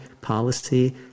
policy